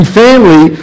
family